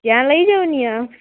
જ્યાં લઈ જાઓ ત્યાં